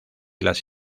las